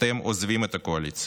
אתם עוזבים את הקואליציה.